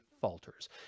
falters